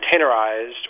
containerized